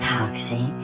Poxy